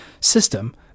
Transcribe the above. system